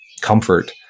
comfort